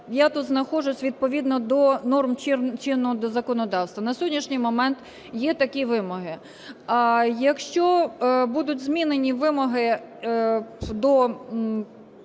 я тут знаходжусь відповідно до норм чинного законодавства. На сьогоднішній момент є такі вимоги. Якщо будуть змінені вимоги до